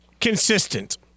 consistent